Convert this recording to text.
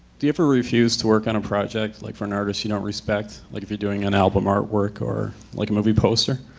do you ever refuse to work on a project like for an artist you don't respect? like, if you're doing an album artwork or like a movie poster?